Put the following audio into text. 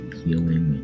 healing